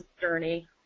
journey